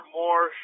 more